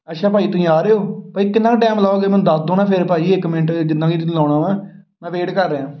ਅੱਛਾ ਭਾਅ ਜੀ ਤੁਸੀਂ ਆ ਰਹੇ ਹੋ ਭਾਅ ਜੀ ਕਿੰਨਾ ਕੁ ਟਾਈਮ ਲਾਉਂਗੇ ਮੈਨੂੰ ਦੱਸ ਦਿਉ ਮੈਂ ਫਿਰ ਭਾਅ ਜੀ ਇੱਕ ਮਿੰਟ ਜਿੰਨਾ ਵੀ ਤੁਸੀਂ ਲਾਉਣਾ ਵਾ ਮੈਂ ਵੇਟ ਕਰ ਰਿਹਾਂ